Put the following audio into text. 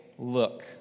Look